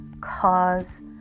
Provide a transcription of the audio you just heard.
cause